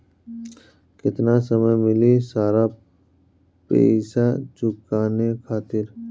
केतना समय मिली सारा पेईसा चुकाने खातिर?